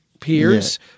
Peers